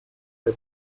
für